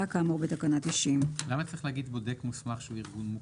כאמור בתקנה 90. למה צריך להגיד בודק מוסך שהוא ארגון מוכר?